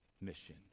mission